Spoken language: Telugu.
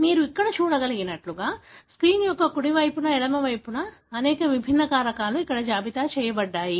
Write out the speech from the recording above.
మీరు ఇక్కడ చూడగలిగినట్లుగా స్క్రీన్ యొక్క కుడి వైపున ఎడమ వైపున అనేక విభిన్న కారకాలు ఇక్కడ జాబితా చేయబడ్డాయి